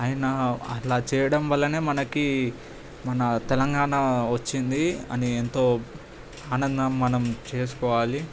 ఆయనా అట్లా చేయడం వల్లనే మనకీ మన తెలంగాణ వచ్చింది అని ఎంతో ఆనందం మనం చేసుకోవాలి